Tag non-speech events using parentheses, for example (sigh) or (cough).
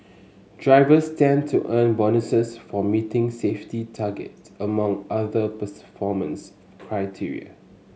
drivers stand to earn bonuses for meeting safety targets among other (unintelligible) criteria